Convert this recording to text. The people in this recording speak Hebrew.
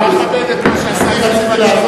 בכל מקום נכבד את מה שעשה סילבן שלום.